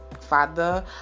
father